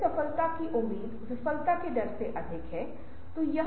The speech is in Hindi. इसलिए संगठन को उन्हें प्रेरित करने के लिए कदम उठाने चाहिए